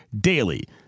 DAILY